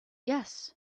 yes